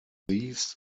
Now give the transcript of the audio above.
these